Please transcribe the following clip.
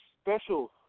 special